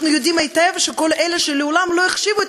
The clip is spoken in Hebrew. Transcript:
אנחנו יודעים היטב שכל אלה שמעולם לא החשיבו את